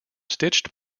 stitched